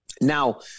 Now